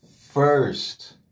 First